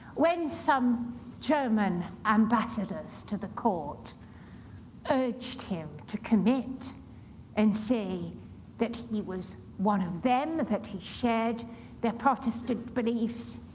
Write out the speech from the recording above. when some german ambassadors to the court urged him to commit and say that he was one of them, that he shared their protestant beliefs,